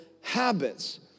habits